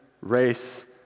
race